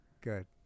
Good